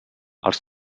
els